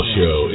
Show